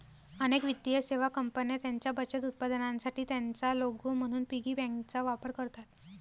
अनेक वित्तीय सेवा कंपन्या त्यांच्या बचत उत्पादनांसाठी त्यांचा लोगो म्हणून पिगी बँकांचा वापर करतात